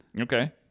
Okay